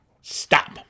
Stop